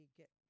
get